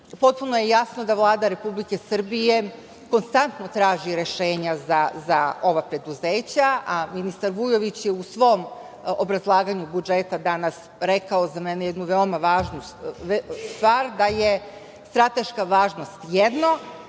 Potpuno je jasno da Vlada Republike Srbije konstantno traži rešenja za ova preduzeća, a ministar Vujović je u svom obrazlaganju budžeta danas rekao, za mene jednu veoma važnu stvar, da je strateška važnost jedno,